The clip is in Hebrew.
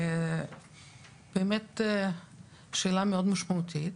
באמת השאלה היא שאלה מאוד משמעותית.